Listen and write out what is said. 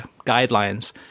guidelines